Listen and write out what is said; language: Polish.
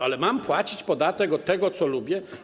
Ale mam płacić podatek od tego, co lubię?